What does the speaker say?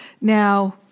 Now